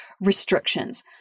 restrictions